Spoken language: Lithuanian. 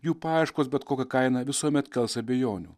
jų paieškos bet kokia kaina visuomet kels abejonių